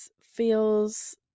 feels